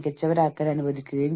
മാനസികവും സാമൂഹികവും